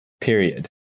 period